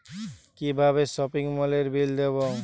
কিভাবে সপিং মলের বিল দেবো?